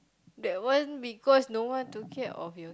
that one because no one took care of you